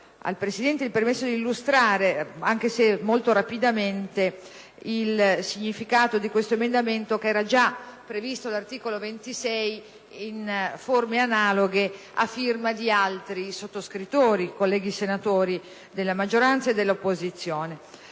le chiedo il permesso di illustrare, anche se molto rapidamente, il significato di tale proposta, che era gia` prevista all’articolo 26, in forme analoghe e a firma di altri sottoscrittori, senatori della maggioranza e dell’opposizione.